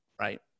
right